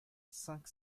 cinq